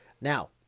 Now